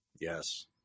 Yes